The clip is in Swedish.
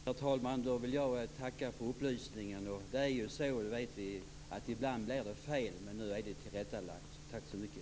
Herr talman! Jag vill tacka för lämnad upplysning. Ibland blir det fel, och det vet vi, men nu är det tillrättalagt. Tack så mycket!